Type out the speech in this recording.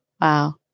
Wow